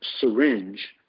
syringe